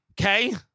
Okay